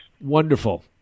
Wonderful